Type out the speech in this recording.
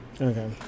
Okay